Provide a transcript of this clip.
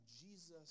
Jesus